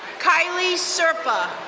kylie serpa.